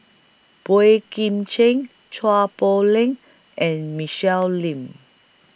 Boey Kim Cheng Chua Poh Leng and Michelle Lim